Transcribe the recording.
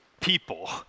people